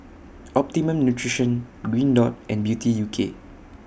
Optimum Nutrition Green Dot and Beauty U K